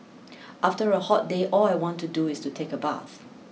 after a hot day all I want to do is to take a bath